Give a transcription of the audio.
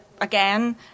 Again